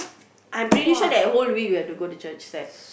I am pretty sure that whole week we have to go to church there